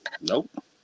Nope